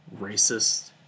racist